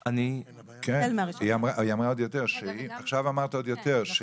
1.4.2023 --- החל מה- 1.4.2023. עכשיו אמרת עוד יותר,